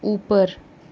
ऊपर